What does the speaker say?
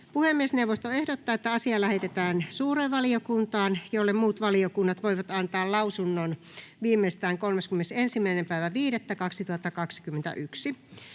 Puhemiesneuvosto ehdottaa, että asia lähetetään suureen valiokuntaan, jolle muut valiokunnat voivat antaa lausunnon viimeistään 31.5.2021.